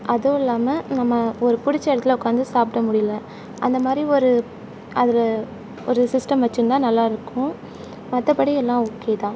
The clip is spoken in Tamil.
அதுவும் இல்லாமல் நம்ம ஒரு பிடிச்ச இடத்துல உட்காந்து சாப்பிட முடியல அந்த மாதிரி ஒரு அதில் ஒரு சிஸ்டம் வச்சிருந்தால் நல்லாயிருக்கும் மற்றபடி எல்லா ஓகே தான்